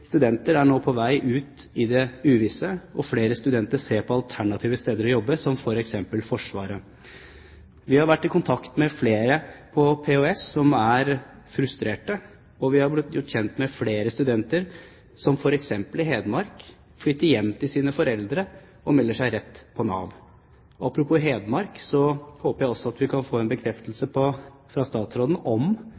studenter er nå på vei ut i det uvisse. Flere studenter ser på alternative steder å jobbe, som f.eks. Forsvaret. Vi har vært i kontakt med flere på Politihøgskolen som er frustrerte, og vi er gjort kjent med at flere studenter, f.eks. i Hedmark, flytter hjem til sine foreldre og melder seg hos Nav. Apropos Hedmark: Jeg håper at vi også kan få en bekreftelse